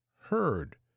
heard